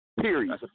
period